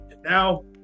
Now